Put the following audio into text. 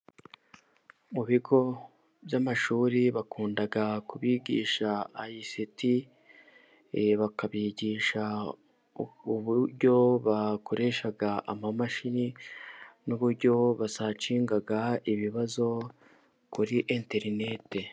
Mu bigo by'amashuri bakunda kubigisha ayisiti, bakabigisha uburyo bakoresha amamashini, n'uburyo basacinga ibibazo kuri interinete